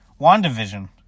WandaVision